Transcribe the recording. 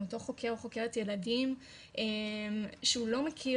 עם אותו חוקר או חוקרת ילדים שהוא לא מכיר